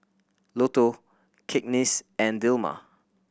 Lotto Cakenis and Dilmah